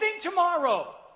tomorrow